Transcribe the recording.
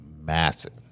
massive